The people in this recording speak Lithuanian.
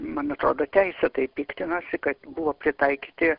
man atrodo teisėtai piktinasi kad buvo pritaikyti